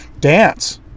dance